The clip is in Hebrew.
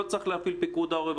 לא צריך להפעיל את פיקוד העורף,